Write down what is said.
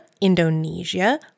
Indonesia